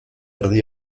erdi